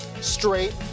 straight